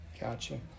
Gotcha